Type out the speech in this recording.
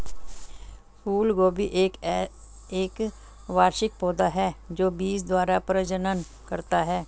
फूलगोभी एक वार्षिक पौधा है जो बीज द्वारा प्रजनन करता है